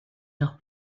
noch